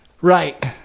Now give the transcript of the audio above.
Right